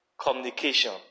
Communication